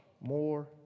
more